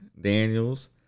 Daniels